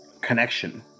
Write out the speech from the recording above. connection